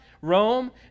Rome